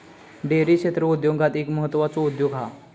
dairy क्षेत्र उद्योगांत एक म्हत्त्वाचो उद्योग हा